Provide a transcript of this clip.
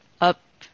up